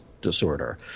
disorder